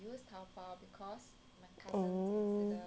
oh